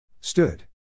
Stood